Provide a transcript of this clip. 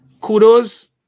kudos